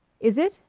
is it?